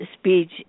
speech